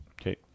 Okay